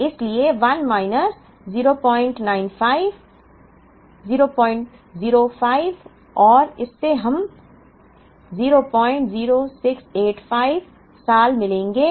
इसलिए 1 माइनस 095 005 है और इससे हमें 00685 साल मिलेंगे